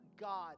God